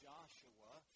Joshua